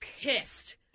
Pissed